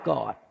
God